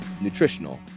nutritional